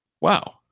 Wow